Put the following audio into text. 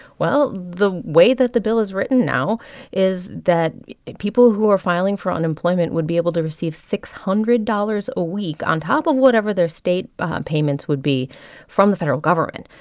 well, the way that the bill is written now is that people who are filing for unemployment would be able to receive six hundred dollars a week on top of whatever their state um payments would be from the federal government.